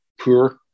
poor